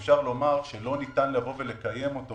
שאפשר לומר שלא ניתן לקיים אותו